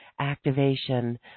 activation